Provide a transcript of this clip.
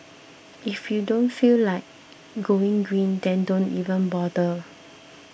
if you don't feel like going green then don't even bother